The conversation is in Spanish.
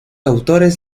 autores